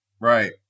Right